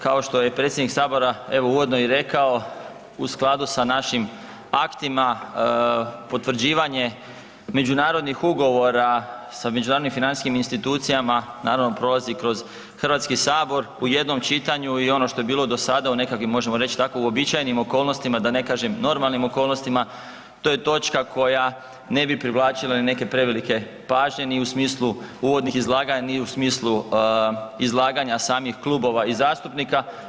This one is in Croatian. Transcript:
Kao što je predsjednik Sabora, evo, uvodno i rekao, u skladu sa našim aktima, potvrđivanje međunarodnih ugovora sa međunarodnim financijskim institucijama, naravno, prolazi kroz HS, u jednom čitanju i ono što je bilo do sada u nekakvim, možemo reći, tako, uobičajenim okolnostima, da ne kažem, normalnim okolnostima, to je točka koja ne bi privlačila neke prevelike pažnje ni u smislu uvodnih izlaganja, ni u smislu izlaganja samih klubova i zastupnika.